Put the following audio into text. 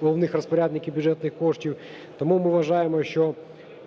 головних розпорядників бюджетних коштів. Тому ми вважаємо, що